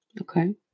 Okay